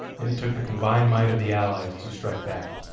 and it took the combined might of the allies to strike back.